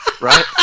right